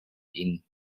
ihn